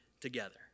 together